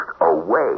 away